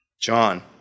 John